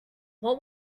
what